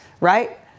right